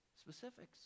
specifics